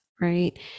right